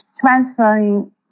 transferring